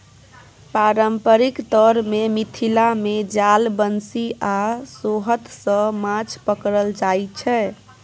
पारंपरिक तौर मे मिथिला मे जाल, बंशी आ सोहथ सँ माछ पकरल जाइ छै